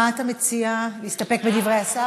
מה אתה מציע, להסתפק בדברי השר?